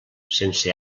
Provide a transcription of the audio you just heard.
sense